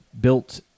built